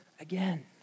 again